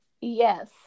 Yes